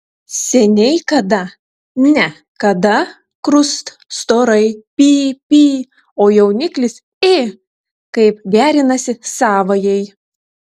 seniai kada ne kada krust storai py py o jauniklis ė kaip gerinasi savajai